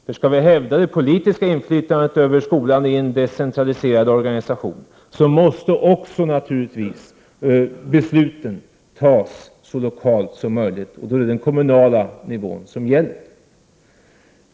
Om vi skall hävda det politiska inflytandet över skolan i en decentraliserad organisation måste naturligtvis också besluten fattas så lokalt som möjligt, och då är det den kommunala nivån som gäller.